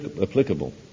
applicable